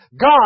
God